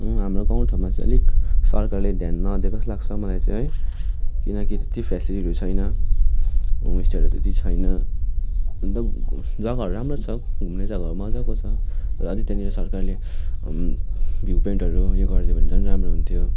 हाम्रो गाउँ ठाउँमा चाहिँ अलिक सरकारले ध्यान नदिएको जस्तो लाग्छ मलाई चाहिँ है किनकि त्यति फेसिलिटीहरू छैन होमस्टेहरू त्यति छैन अन्त जग्गाहरू राम्रो छ घुम्ने जग्गाहरू मजाको छ अझै त्यहाँनिर सरकारले भ्यु पोइन्टहरू ऊ यो गरिदियो भने झन् राम्रो हुन्थ्यो